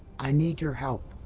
i need your help!